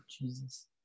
Jesus